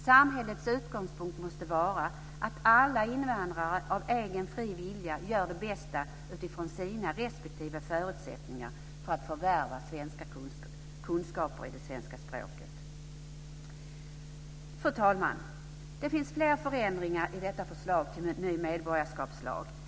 Samhällets utgångspunkt måste vara att alla invandrare av egen fri vilja gör det bästa utifrån sina respektive förutsättningar för att förvärva kunskaper i det svenska språket. Fru talman! Det finns fler förändringar i detta förslag till ny medborgarskapslag.